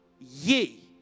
ye